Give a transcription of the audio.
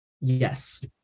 Yes